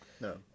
No